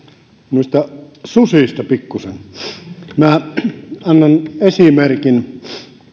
noista susista pikkuisen minä annan esimerkin